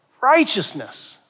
Righteousness